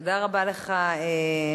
היו"ר אורלי לוי אבקסיס: תודה רבה לך,